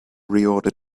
reorder